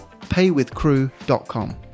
paywithcrew.com